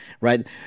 right